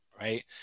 right